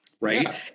right